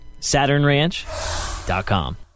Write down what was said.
SaturnRanch.com